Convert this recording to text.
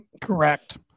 Correct